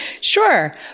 Sure